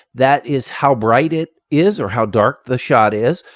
that is how bright it is or how dark the shot is.